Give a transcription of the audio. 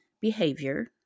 behavior